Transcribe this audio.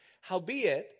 howbeit